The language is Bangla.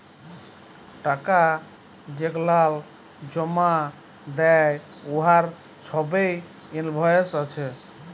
টাকা যেগলাল জমা দ্যায় উয়ার ছবই ইলভয়েস আছে